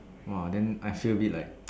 !wah! then I feel a bit like